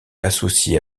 associée